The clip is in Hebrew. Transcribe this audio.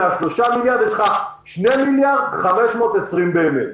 מה-3 מיליארד יש לנו 2.52 מיליארד באמת.